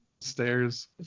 stairs